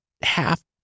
half